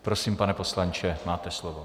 Prosím, pane poslanče, máte slovo.